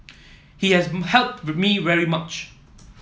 he has helped me very much